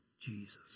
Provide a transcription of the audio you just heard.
Jesus